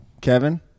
Kevin